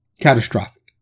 catastrophic